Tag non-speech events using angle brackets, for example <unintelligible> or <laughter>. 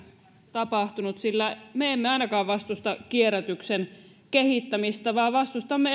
tapahtunut sillä me emme ainakaan vastusta kierrätyksen kehittämistä vaan vastustamme <unintelligible>